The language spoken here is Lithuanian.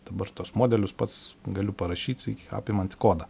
dabar tuos modelius pats galiu parašyti apimantį kodą